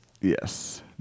Yes